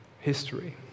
history